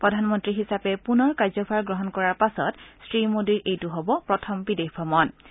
প্ৰধানমন্ত্ৰী হিচাপে পুনৰ কাৰ্যভাৰ গ্ৰহণ কৰাৰ পাছত শ্ৰী মোদীৰ এইটো প্ৰথম বিদেশ ভ্ৰমণ হ'ব